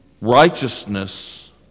Righteousness